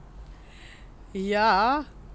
ya